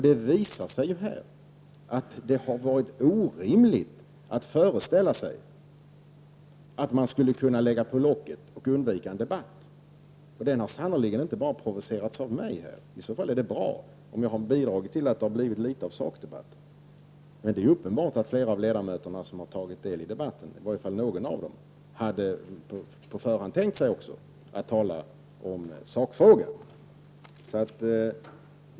Det har också visat sig orimligt att föreställa sig att det går att lägga på locket och undvika en debatt. Den har sannerligen inte bara provocerats fram av mig. Det är dock bra om jag har bidragit till att det har blivit något av en sakdebatt. Uppenbarligen har flera ledamöter som deltagit i debatten, i varje fall någon av dem, i förväg tänkt sig att föra en debatt i sakfrågan.